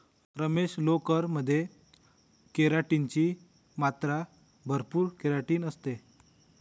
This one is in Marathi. रमेश, लोकर मध्ये केराटिन ची मात्रा भरपूर केराटिन असते